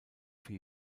für